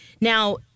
Now